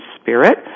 spirit